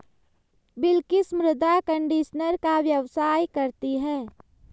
बिलकिश मृदा कंडीशनर का व्यवसाय करती है